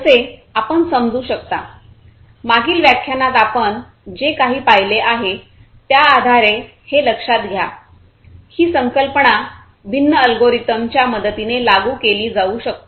जसे आपण समजू शकता मागील व्याख्यानात आपण जे काही पाहिले आहे त्या आधारे हे लक्षात घ्या ही संकल्पना भिन्न अल्गोरिदमच्या मदतीने लागू केली जाऊ शकते